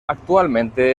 actualmente